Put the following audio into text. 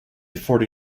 forty